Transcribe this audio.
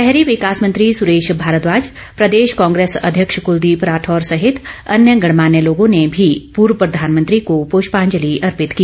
शहरी विकास मंत्री सुरेश भारद्वाज प्रदेश कांग्रेस अध्यक्ष कुलदीप राठौर सहित अन्य गणमान्य लोगों ने भी पूर्व प्रधानमंत्री को पुष्पांजलि अर्पित की